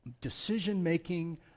decision-making